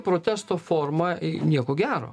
protesto forma nieko gero